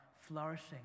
flourishing